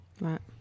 Right